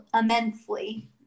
immensely –